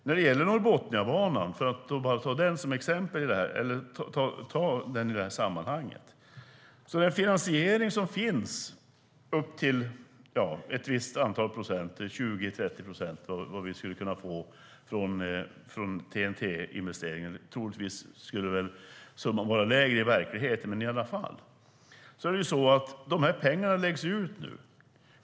När det gäller Norrbotniabanan, som det gäller i det här sammanhanget, och den finansiering upp till ett visst antal procent, 20-30 procent, som vi skulle kunna få från TEN-T-programmet - troligtvis skulle andelen vara mindre i verkligheten - läggs pengarna ut nu.